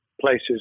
places